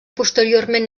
posteriorment